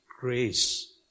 grace